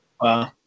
Wow